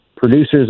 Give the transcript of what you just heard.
Producers